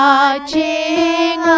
Watching